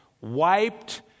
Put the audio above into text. wiped